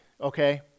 okay